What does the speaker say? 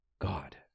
God